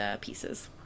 pieces